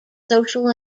social